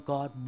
God